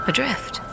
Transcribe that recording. Adrift